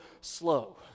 slow